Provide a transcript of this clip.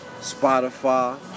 Spotify